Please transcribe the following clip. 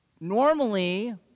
normally